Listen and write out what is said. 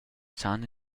san